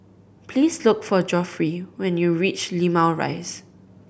please look for Geoffrey when you reach Limau Rise